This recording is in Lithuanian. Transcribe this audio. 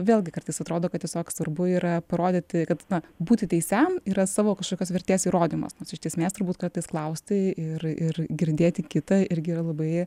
vėlgi kartais atrodo kad tiesiog svarbu yra parodyti kad būti teisiam yra savo kažkokios vertės įrodymas nors iš tesmės turbūt kartais klausti ir ir girdėti kitą irgi yra labai